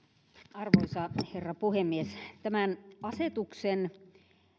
arvoisa herra puhemies tämän asetuksen